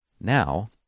now